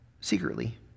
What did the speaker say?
secretly